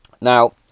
Now